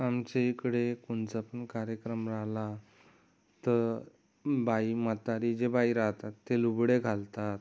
आमच्या इकडे कोणचा पण कार्यक्रम राहिला तर बाई म्हातारी जे बाई राहतात ते लुगडे घालतात